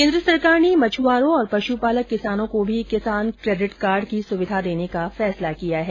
केन्द्र सरकार ने मछ्आरों और पशुपालक किसानों को भी किसान क्रेडिट कार्ड की सुविधा देने का फैसला किया है